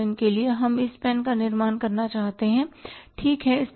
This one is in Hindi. उदाहरण के लिए हम इस पेन का निर्माण करना चाहते हैं ठीक है